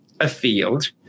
afield